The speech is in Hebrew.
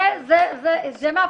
את זה מאפשרים.